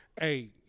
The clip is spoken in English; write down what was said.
Hey